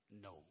No